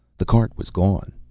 the cart was gone.